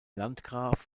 landgraf